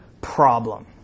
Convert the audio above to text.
problem